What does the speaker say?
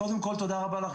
קודם כול תודה רבה לך,